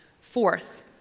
Fourth